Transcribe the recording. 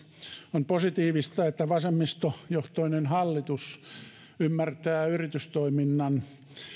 on positiivista että vasemmistojohtoinen hallitus ymmärtää yritystoiminnan